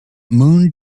moon